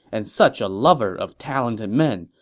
and such a lover of talented men.